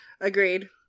Agreed